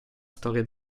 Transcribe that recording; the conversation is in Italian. storia